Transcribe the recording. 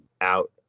out